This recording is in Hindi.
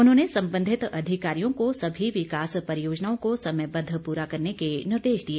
उन्होंने संबंधित अधिकारियों को सभी विकास परियोजनाओं को समयबद्ध पूरा करने के निर्देश दिए